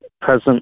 present